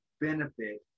benefit